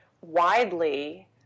widely